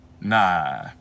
Nah